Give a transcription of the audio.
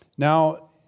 Now